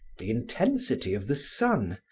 the intensity of the sun,